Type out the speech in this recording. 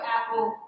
Apple